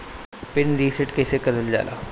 Pin reset कईसे करल जाला?